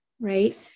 right